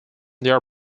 their